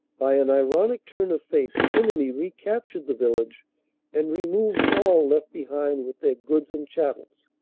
by an ironic turn of fate the enemy recaptured the village and removed all left behind with their goods and chattels.